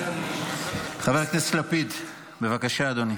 חבר הכנסת לפיד, בבקשה, אדוני.